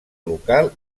local